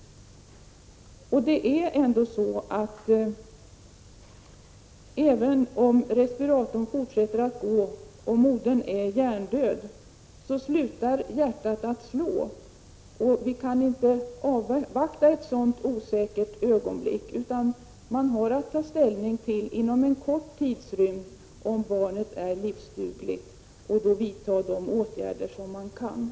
Men det är ändå så, att även om respiratorn fortsätter att gå och modern är hjärndöd, slutar hjärtat att slå. Man kan inte avvakta ett sådant osäkert ögonblick. Man har alltså att inom en kort tidrymd ta ställning till om barnet är livsdugligt och då måste de åtgärder vidtas som är möjliga.